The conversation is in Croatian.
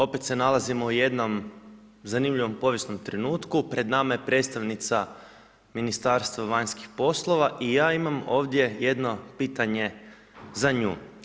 Opet se nalazimo u jednom zanimljivom povijesnom trenutku, pred nama je predstavnica Ministarstva vanjskih poslova i ja imam ovdje jedno pitanje za nju.